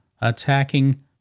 Attacking